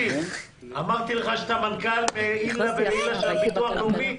אמרתי לך שאתה מנכ"ל לעילא ולעילא של הביטוח הלאומי.